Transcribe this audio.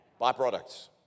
byproducts